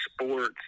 sports